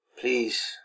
Please